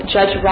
Judge